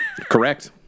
Correct